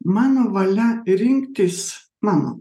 mano valia rinktis mano